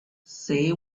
say